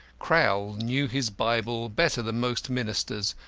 crowl knew his bible better than most ministers,